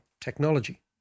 technology